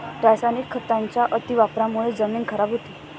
रासायनिक खतांच्या अतिवापरामुळे जमीन खराब होते